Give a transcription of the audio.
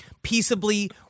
peaceably